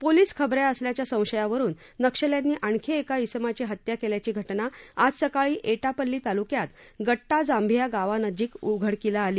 police खबऱ्या असल्याच्या संशयावरुन नक्षल्यांनी आणखी एका इसमाची हत्या केल्याची घटना आज सकाळी एटापल्ली तालुक्यात गट्टा जांभिया गावानजीक उघडकीला आली